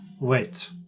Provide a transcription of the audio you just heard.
Wait